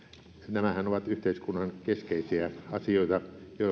nämähän ovat yhteiskunnan keskeisiä asioita joihin aina kannattaa ohjata